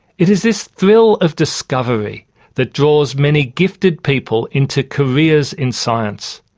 it is this thrill of discovery that draws many gifted people into careers in science.